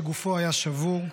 שגופו היה שבור,